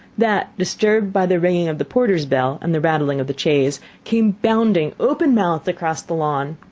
that, disturbed by the ringing of the porter's bell, and the rattling of the chaise, came bounding, open-mouthed, across the lawn.